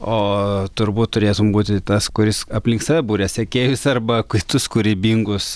o turbūt turėtum būti tas kuris aplink save buria sekėjus arba kitus kūrybingus